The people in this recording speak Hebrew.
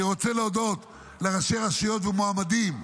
אני רוצה להודות לראשי רשויות ולמועמדים: